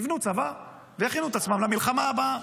יבנו צבא ויכינו את עצמם למלחמה הבאה.